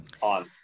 on